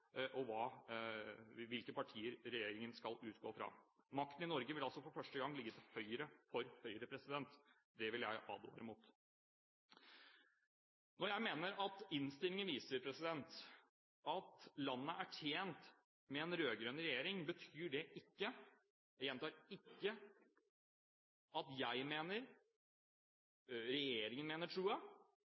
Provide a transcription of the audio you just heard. på hva regjeringen skal gjøre, og hvilke partier regjeringen skal utgå fra. Makten i Norge vil altså for første gang ligge til høyre for Høyre. Det vil jeg advare mot. Når jeg mener at innstillingen viser at landet er tjent med en rød-grønn regjering, betyr det ikke – jeg gjentar: ikke – at jeg mener, at regjeringen mener, tror jeg,